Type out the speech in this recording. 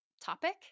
topic